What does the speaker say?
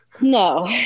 no